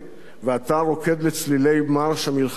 ואתה רוקד לצלילי מארש המלחמה שלו.